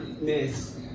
Miss